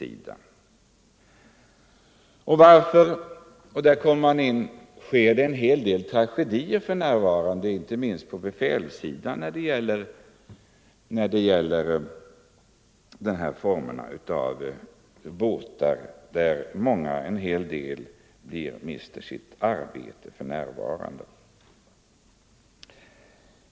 I det sammanhanget vill jag erinra om att det sker en hel del tragedier för närvarande, inte minst på befälssidan, när det gäller den här typen av båtar, där rätt många mister sina arbeten.